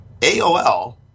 AOL